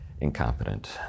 incompetent